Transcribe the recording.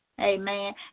Amen